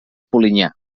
polinyà